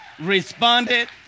responded